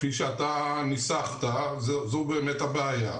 כפי שאתה ניסחת, זו באמת הבעיה.